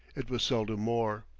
it was seldom more.